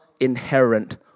inherent